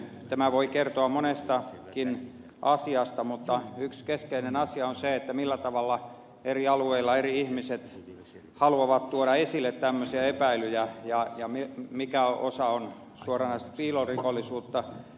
tämä voi kertoa monestakin asiasta mutta yksi keskeinen asia on se millä tavalla eri alueilla eri ihmiset haluavat tuoda esille tämmöisiä epäilyjä ja mikä osa on suoranaista piilorikollisuutta